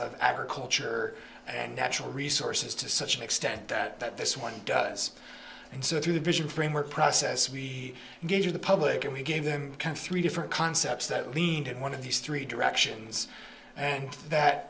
of agriculture and natural resources to such an extent that this one does and so through the vision framework process we gave the public and we gave them kind of three different concepts that leaned in one of these three directions and that